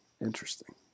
Interesting